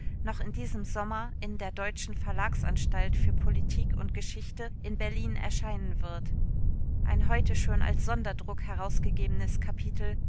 noch in diesem sommer in der deutschen verlagsanstalt für politik und geschichte in berlin erscheinen wird ein heute schon als sonderdruck herausgegebenes kapitel